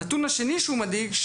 נתון השני שהוא מדאיג,